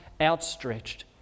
outstretched